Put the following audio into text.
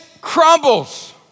crumbles